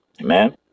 amen